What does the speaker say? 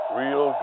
real